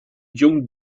young